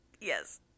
Yes